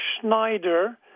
Schneider